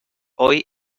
hoy